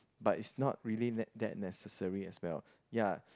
but is not really ne~ that necessary as well